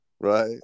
Right